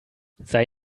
sei